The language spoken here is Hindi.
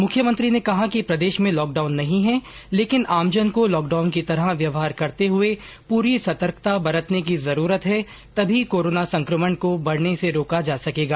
मुख्यमंत्री ने कहा कि प्रदेश में लॉकडाउन नहीं है लेकिन आमजन को लॉकडाउन की तरह व्यवहार करते हुए पूरी सकर्तता बरतने की जरूरत है तभी कोरोना संक्रमण को बढने से रोका जा सकेगा